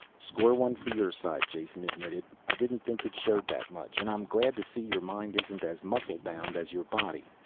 score one for your side, jason admitted. i didn't think it showed that much. and i'm glad to see your mind isn't as muscle-bound as your body.